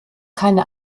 keine